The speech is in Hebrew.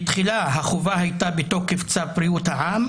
בתחילה החובה הייתה בתוקף צו בריאות העם,